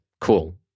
Cool